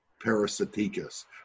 parasiticus